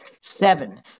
Seven